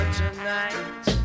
tonight